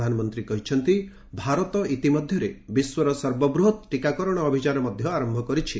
ପ୍ରଧାନମନ୍ତ୍ରୀ କହିଛନ୍ତି ଭାରତ ଇତିମଧ୍ୟରେ ବିଶ୍ୱର ସର୍ବବୃହତ୍ ଟିକାକରଣ ଅଭିଯାନ ମଧ୍ୟ ଆରମ୍ଭ କରିଛି